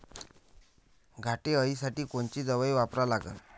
घाटे अळी साठी कोनची दवाई वापरा लागन?